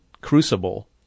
crucible